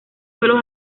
sólo